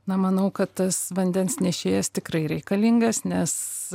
na manau kad tas vandens nešėjas tikrai reikalingas nes